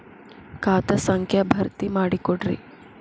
ಖಾತಾ ಸಂಖ್ಯಾ ಭರ್ತಿ ಮಾಡಿಕೊಡ್ರಿ